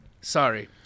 Sorry